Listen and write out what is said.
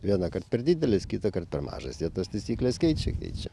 vienąkart per didelis kitąkart per mažas jie tas taisykles keičia keičia